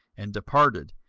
and departed,